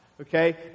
okay